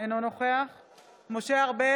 אם תעבור הצעת החוק, המחבלים